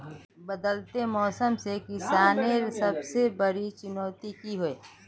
बदलते मौसम से किसानेर सबसे बड़ी चुनौती की होय?